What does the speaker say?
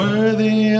Worthy